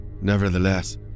Nevertheless